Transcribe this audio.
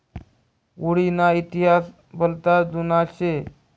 हुडी ना इतिहास भलता जुना शे